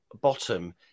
bottom